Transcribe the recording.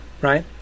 Right